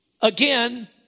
again